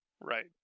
Right